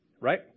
Right